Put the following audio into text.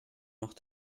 noch